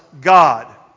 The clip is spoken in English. God